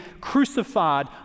crucified